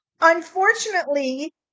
Unfortunately